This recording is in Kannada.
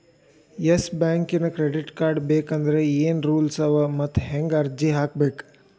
ಯೆಸ್ ಬ್ಯಾಂಕಿನ್ ಕ್ರೆಡಿಟ್ ಕಾರ್ಡ ಬೇಕಂದ್ರ ಏನ್ ರೂಲ್ಸವ ಮತ್ತ್ ಹೆಂಗ್ ಅರ್ಜಿ ಹಾಕ್ಬೇಕ?